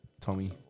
Tommy